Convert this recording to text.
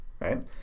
right